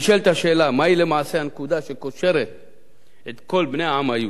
נשאלת השאלה מהי למעשה הנקודה שקושרת את כל בני העם היהודי.